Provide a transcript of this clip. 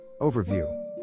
Overview